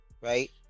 Right